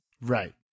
Right